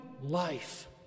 life